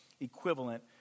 equivalent